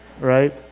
Right